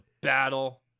battle